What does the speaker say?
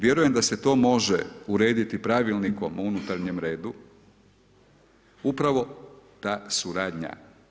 Vjerujem da se to može urediti Pravilnikom o unutarnjem redu upravo ta suradnja.